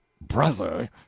Brother